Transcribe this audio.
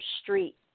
street